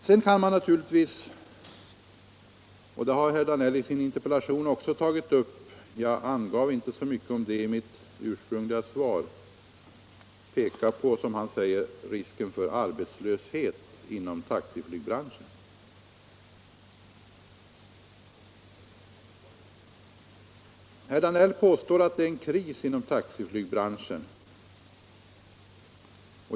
Man kan naturligtvis också i likhet med vad herr Danell gjort i sin interpellations peka på risken för arbetslöshet inom taxiflygbranschen. Detta är en fråga som jag inte närmare berört i mitt ursprungliga svar. Herr Danell påstår att det råder en krissituation inom taxiflygbranschen.